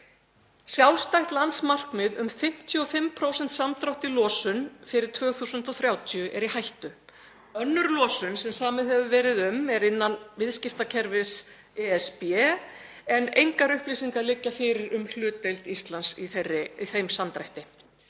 Sjálfstætt landsmarkmið um 55% samdrátt í losun fyrir 2030 er í hættu. Önnur losun sem samið hefur verið um er innan viðskiptakerfis ESB en engar upplýsingar liggja fyrir um hlutdeild Íslands í þeim samdrætti.